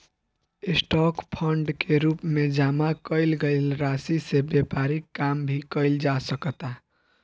stock fund के रूप में जामा कईल गईल राशि से व्यापारिक काम भी कईल जा सकता